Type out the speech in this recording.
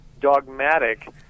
dogmatic